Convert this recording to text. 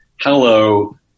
Hello